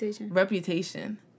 Reputation